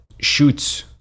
shoots